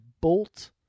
bolt